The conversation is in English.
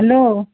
hello